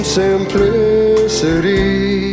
simplicity